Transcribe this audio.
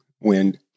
wind